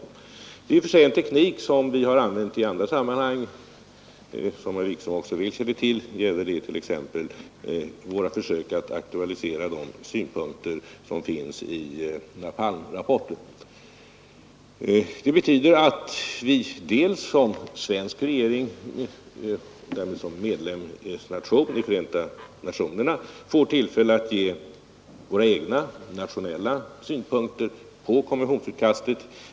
Det är i och för sig en teknik som vi har använt i andra sammanhang — som herr Wikström också väl känner till gäller det t.ex. våra försök att aktualisera de synpunkter som finns i napalmrapporten. Det betyder att vi dels som svensk regering, dels som medlem av Förenta nationerna får tillfälle att ge våra egna nationella synpunkter på konventionsutkastet.